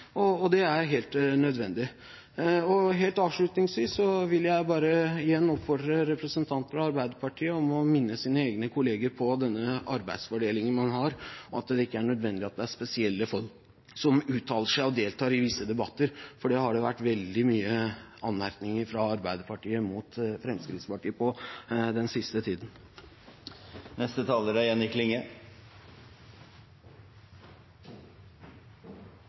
og det er helt nødvendig. Helt avslutningsvis vil jeg bare igjen oppfordre representanten fra Arbeiderpartiet om å minne sine egne kollegaer på denne arbeidsfordelingen man har, og at det ikke er nødvendig at det er spesielle folk som uttaler seg og deltar i visse debatter. Det har det vært veldig mange anmerkninger fra Arbeiderpartiet mot Fremskrittspartiet om den siste tiden. Spørsmålet om ein skal forby identitetsskjulande klesplagg eller ikkje, er